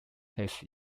hesse